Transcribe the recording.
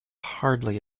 hardly